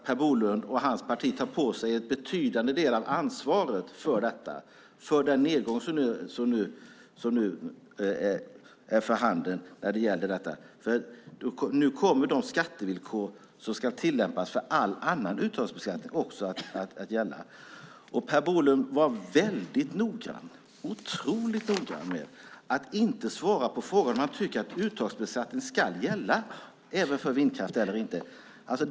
Per Bolund och hans parti måste nog ta på sig en betydande del av ansvaret för den nedgång som nu är för handen. Nu kommer de skattevillkor som ska tillämpas för all annan uttagsbeskattning att gälla. Per Bolund var otroligt noggrann med att inte svara på frågan om han tycker att uttagsbeskattning ska gälla även för vindkraft.